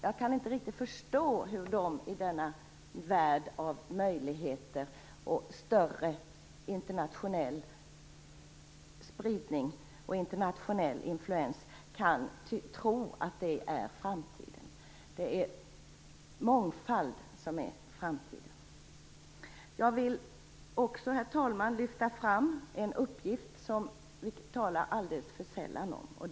Jag kan inte riktigt förstå hur Socialdemokraterna i denna värld av möjligheter och allt större internationell spridning och influens kan tro att detta är framtiden. Det är mångfald som är framtiden! Herr talman! Jag skall lyfta fram en uppgift som man talar alldeles för sällan om.